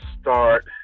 start